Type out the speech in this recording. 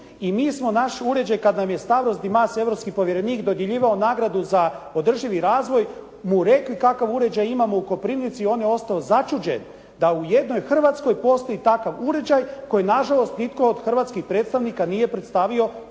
i mi smo naš uređaj kad nam je Stavros Dimas, europski povjerenik dodjeljivao nagradu za održivi razvoj mu rekli kakav uređaj imamo u Koprivnici, on je ostao začuđen da u jednoj Hrvatskoj postoji takav uređaj koji nažalost nitko od hrvatskih predstavnika nije predstavio